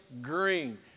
green